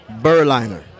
burliner